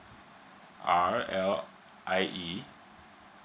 R L I E